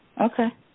Okay